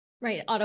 Right